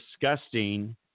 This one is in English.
disgusting